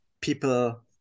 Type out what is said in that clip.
people